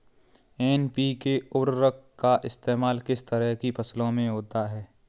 NPK उर्वरक का इस्तेमाल किस तरह की फसलों में होता है?